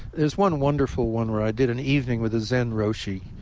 there's one wonderful one where i did an evening with a zen roshi